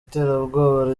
iterabwoba